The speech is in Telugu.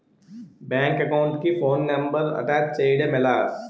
బ్యాంక్ అకౌంట్ కి ఫోన్ నంబర్ అటాచ్ చేయడం ఎలా?